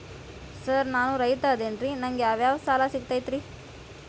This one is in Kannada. ಸರ್ ನಾನು ರೈತ ಅದೆನ್ರಿ ನನಗ ಯಾವ್ ಯಾವ್ ಸಾಲಾ ಸಿಗ್ತೈತ್ರಿ?